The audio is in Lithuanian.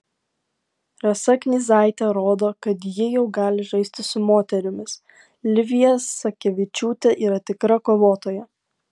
rasa knyzaitė rodo kad ji jau gali žaisti su moterimis livija sakevičiūtė yra tikra kovotoja